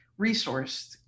resourced